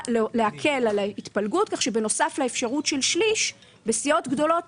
להקל על ההתפלגות כך שבנוסף לאפשרות של שליש בסיעות גדולות